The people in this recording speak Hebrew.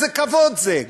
איזה כבוד זה,